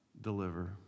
deliver